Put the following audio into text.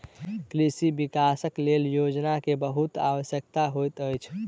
कृषि विकासक लेल योजना के बहुत आवश्यकता होइत अछि